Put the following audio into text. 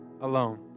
alone